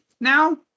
now